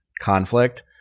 conflict